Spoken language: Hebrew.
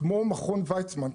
כמו מכון וייצמן,